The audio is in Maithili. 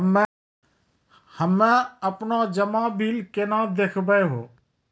हम्मे आपनौ जमा बिल केना देखबैओ?